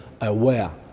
aware